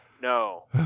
No